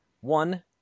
one